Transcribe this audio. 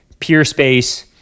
Peerspace